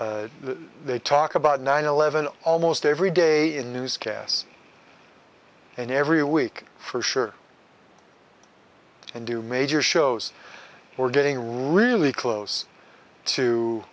line they talk about nine eleven almost every day in newscasts and every week for sure and do major shows we're getting really close to